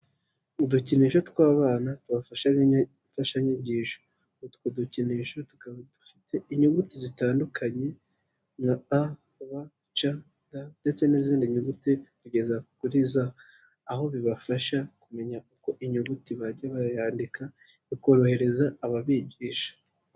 Udukinisho tw'abana tubafasha nkifashanyigisho, utwo dukinisho tukaba dufite inyuguti zitandukanye nka a, b, c, d, ndetse n'izindi nyuguti kugeza kuri z, aho bibafasha kumenya uko inyuguti bajya bayandika bikorohereza ababigisha.